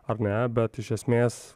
ar ne bet iš esmės